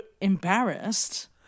embarrassed